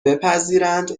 بپذیرند